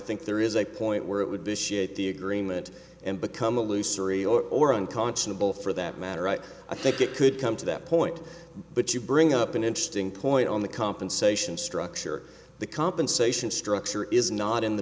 think there is a point where it would be the agreement and become a looser a or unconscionable for that matter right i think it could come to that point but you bring up an interesting point on the compensation structure the compensation structure is not in the